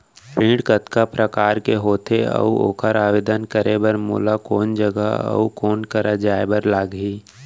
ऋण कतका प्रकार के होथे अऊ ओखर आवेदन करे बर मोला कोन जगह अऊ कोन करा जाए बर लागही?